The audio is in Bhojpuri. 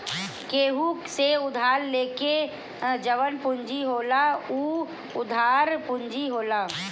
केहू से उधार लेके जवन पूंजी होला उ उधार पूंजी होला